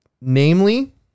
namely